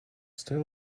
still